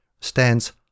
stands